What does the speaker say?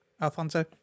Alfonso